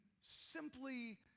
simply